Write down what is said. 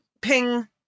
ping